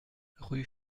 rue